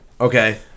Okay